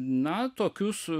na tokius